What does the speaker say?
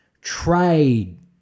trade